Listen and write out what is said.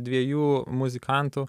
dviejų muzikantų